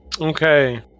Okay